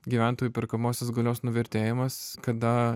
gyventojų perkamosios galios nuvertėjimas kada